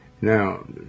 Now